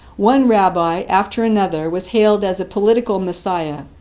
one rabbi after another was hailed as a political messiah,